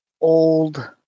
old